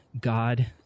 God